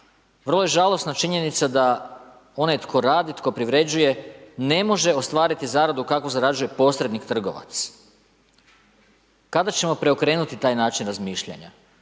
Vrlo je žalosna činjenica da onaj tko radi, tko privređuje ne može ostvariti zaradu kako zarađuje posrednik trgovac. Kada ćemo preokrenuti taj način razmišljanja?